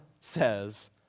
says